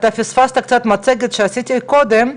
אתה פספסת את המצגת שעשיתי קודם.